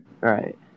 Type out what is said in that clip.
Right